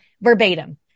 verbatim